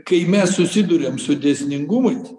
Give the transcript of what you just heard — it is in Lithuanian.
kai mes susiduriam su dėsningumais